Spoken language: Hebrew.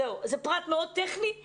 זה פרט מאוד טכני, לשבת.